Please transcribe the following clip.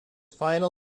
final